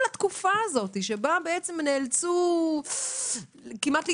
כל התקופה שבה נאלצו כמעט להתחנן: